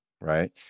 right